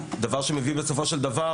דבר שמביא בסופו של דבר,